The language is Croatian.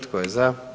Tko je za?